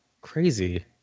crazy